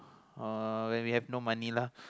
uh when we have no money lah